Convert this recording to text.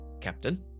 Captain